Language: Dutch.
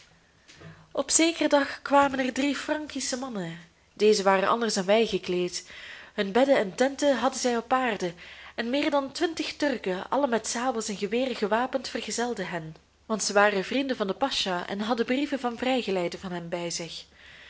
op zekeren dag kwamen er drie frankische mannen dezen waren anders dan wij gekleed hun bedden en tenten hadden zij op paarden en meer dan twintig turken allen met sabels en geweren gewapend vergezelden hen want ze waren vrienden van den pacha en hadden brieven van vrijgeleide van hem bij zich